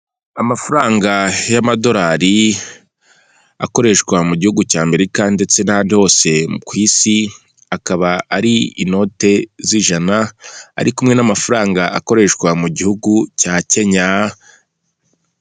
Amafaranga y'amadorari akoreshwa mu gihugu cy'amerika ndetse n'ahandi hose ku isi akaba ari inote z'ijana ari kumwe n'amafaranga akoreshwa mu gihugu cya kenya.